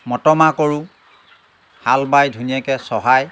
motor মাহ কৰোঁ হাল বাই ধুনীয়াকৈ চহাই